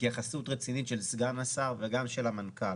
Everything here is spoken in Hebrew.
התייחסות רצינית של סגן השר וגם של המנכ"ל.